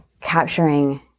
capturing